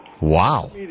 Wow